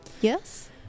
Yes